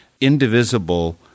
Indivisible